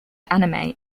anime